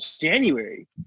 January